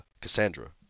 Cassandra